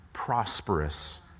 prosperous